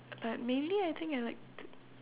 but mainly I think I like